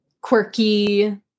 quirky